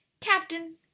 Captain